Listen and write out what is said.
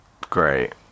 great